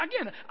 again